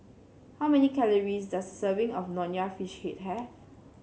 how many calories does serving of Nonya Fish Head have